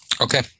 Okay